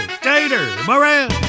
Tater-Moran